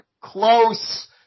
close